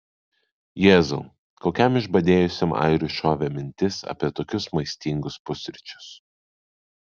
jėzau kokiam išbadėjusiam airiui šovė mintis apie tokius maistingus pusryčius